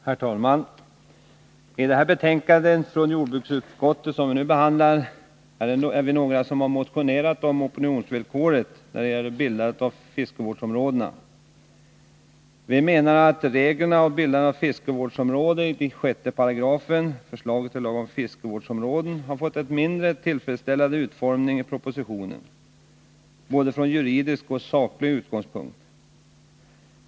Herr talman! Vi är några som motionerat om opinionsvillkoret när det gäller bildandet av fiskevårdsområden, och bl.a. den motionen behandlas i detta betänkande från jordbruksutskottet. Vi menar att reglerna om bildande av fiskevårdsområden i 6 § förslaget till lag om fiskevårdsområden har fått en mindre tillfredsställande utformning i propositionen, både från juridisk och från saklig utgångspunkt.